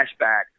flashback